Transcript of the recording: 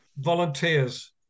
volunteers